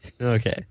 Okay